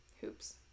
Hoops